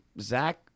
Zach